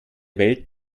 welt